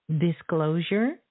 disclosure